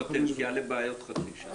זה פוטנציאל לבעיות, חצי שעה.